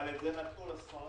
אבל את זה נתנו לספרדים.